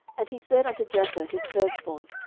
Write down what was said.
and he said unto jether his firstborn,